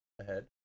ahead